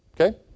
Okay